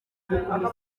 niyonshuti